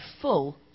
full